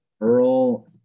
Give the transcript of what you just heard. Earl